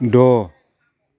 द'